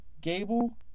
Gable